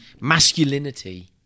masculinity